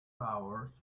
hours